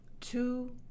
two